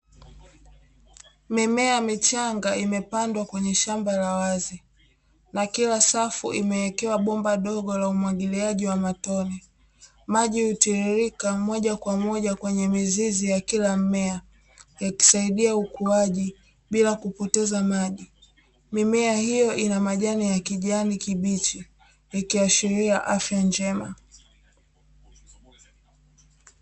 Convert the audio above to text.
Mimea michanga imepandwa kwenye shamba la wazi na kila safu imewekewa bomba dogo la umwagiliaji wa matone, maji hutiririka mojakwamoja kwenye mizizi ya kila mmea. Yakisaidia ukuaji bila kupoteza maji, mimea hiyo ina majani ya kijani kibichi ikiashiria afya njema.